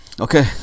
okay